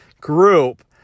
group